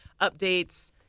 updates